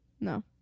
No